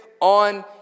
on